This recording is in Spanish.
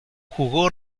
jugo